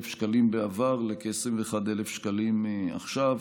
שקלים בעבר לכ-21,000 שקלים עכשיו.